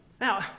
Now